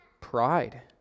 pride